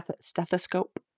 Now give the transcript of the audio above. stethoscope